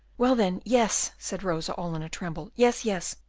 well, then, yes, said rosa, all in a tremble. yes, yes,